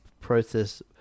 process